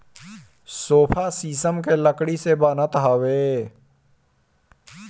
sofa शीशम के लकड़ी से बनत हवे